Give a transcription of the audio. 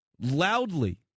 loudly